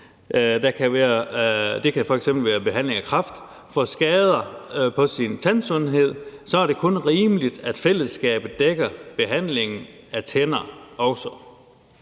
det kan f.eks. være behandling af kræft – får skader på sin tandsundhed, er det kun rimeligt, at fællesskabet dækker behandlingen af tænderne.